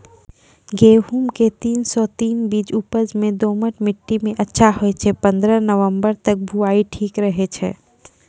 गेहूँम के तीन सौ तीन बीज उपज मे दोमट मिट्टी मे अच्छा होय छै, पन्द्रह नवंबर तक बुआई ठीक रहै छै